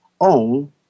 own